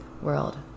world